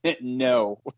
no